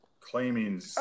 claiming